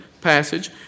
passage